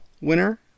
winner